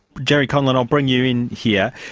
gerry conlon, i'll bring you in here.